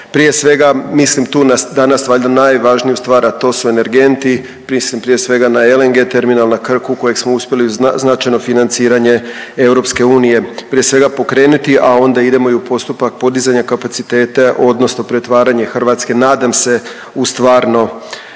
Prije svega mislim tu na danas valjda najvažniju stvar, a to su energenti. Mislim prije svega na LNG terminal na Krku koji smo uspjeli uz značajno financiranje EU prije svega pokrenuti, a onda idemo i u postupak podizanja kapaciteta odnosno pretvaranje Hrvatske nadam se u stvarno